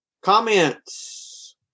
Comments